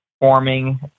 forming